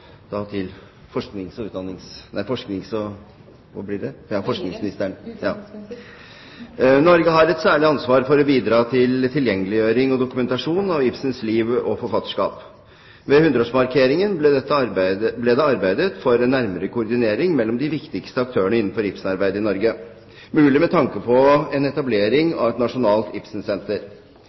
til forsknings- og høyere utdanningsministeren: «Norge har et særlig ansvar for å bidra til tilgjengeliggjøring og dokumentasjon av Ibsens liv og forfatterskap. Ved 100-årsmarkeringen ble det arbeidet for en nærmere koordinering mellom de viktigste aktørene innenfor Ibsen-arbeidet i Norge, mulig med tanke på etablering av et nasjonalt